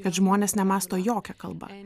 kad žmonės nemąsto jokia kalba